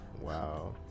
Wow